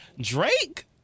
Drake